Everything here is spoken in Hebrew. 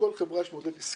בכל חברה יש מודל עסקי,